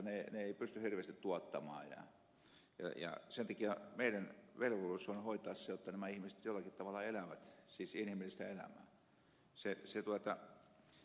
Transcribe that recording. he eivät pysty hirveästi tuottamaan ja sen takia meidän velvollisuutemme on hoitaa se jotta nämä ihmiset jollakin tavalla elävät siis inhimillistä elämää